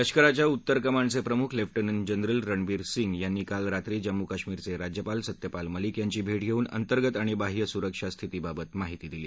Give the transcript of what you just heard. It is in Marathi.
लष्कराच्या उत्तर कमांडचे प्रमुख लेफ्टनंट जनरल रणबीरसिंग यांनी काल रात्री जम्मू कश्मीरचे राज्यपाल सत्यपाल मलिक यांची भेट घेऊन अंतर्गत आणि बाह्य सुरक्षा स्थितीबाबत त्यांना माहिती दिली